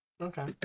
Okay